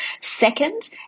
Second